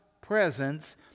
presence